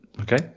Okay